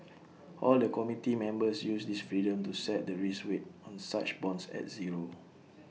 all the committee members use this freedom to set the risk weight on such bonds at zero